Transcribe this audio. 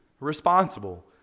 responsible